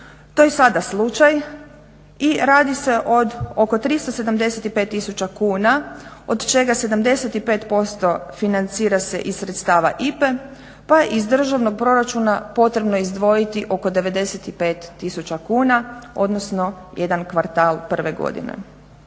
To je sada slučaj i radi se oko 375 tisuća kuna od čega 75% financira se iz sredstava IPA-e pa je iz državnog proračuna potrebno izdvojiti oko 95 tisuća kuna, odnosno jedan kvartal prve godine.